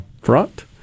front